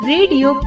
Radio